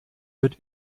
wird